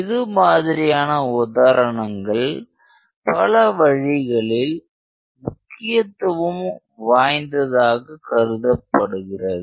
இது மாதிரியான உதாரணங்கள் பல வழிகளில் முக்கியத்துவம் வாய்ந்ததாக கருதப்படுகிறது